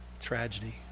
tragedy